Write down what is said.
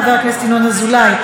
חבר הכנסת ינון אזולאי,